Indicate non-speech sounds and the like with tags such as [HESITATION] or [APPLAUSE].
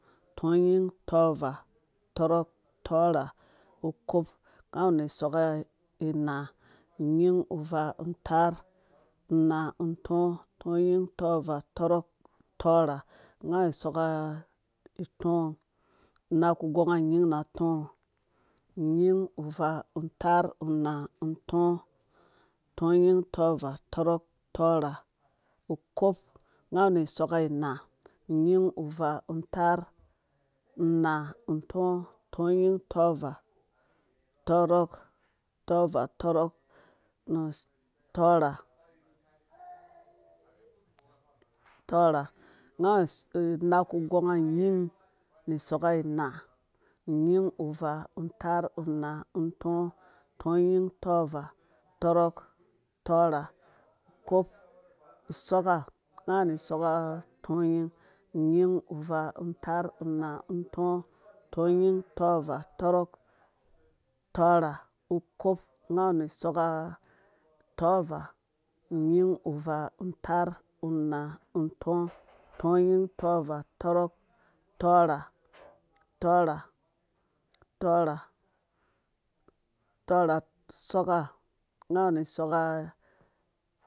Tɔnyin tɔvaa tɔrɔk tɔrha kop nga awu nu isoka inaa unyin uvaa taar unaa untɔɔ tɔnyin tɔvaa tɔrɔk tɔrha nga awu soka itɔɔ unaku gonga nyin na atɔɔ unyin uvaa taar unaa untɔɔ tɔnyin tɔvaa tɔrɔk tɔrha kop nga awu nu soka inaa. unyin uvaa taar unaa untɔɔ tɔnyin tɔvaa tɔrɔk [HESITATION] torha nga awu naku gonga nyin nu soka inaa unyin uvaa taar unaa untɔɔ tɔnyin tɔvaa tɔrɔk tɔrha kop soka nga awu nu soka tɔnyin unyin uvaa taar unaa untɔɔ tɔnyin tɔvaa tɔrɔk tɔrha kop nga awuinu soka tɔvaa unyin uvaa taar unaa untɔɔ tɔnyin tɔvaa tɔrɔk tɔrha tɔrha tɔrha tɔrha soka nga awu nu soka